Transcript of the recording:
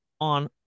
on